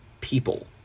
people